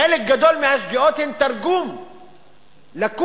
חלק גדול מהשגיאות הן תרגום לקוי